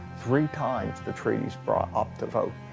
three times the treaty's brought up to vote.